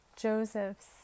Joseph's